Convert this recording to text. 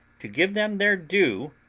to give them their due,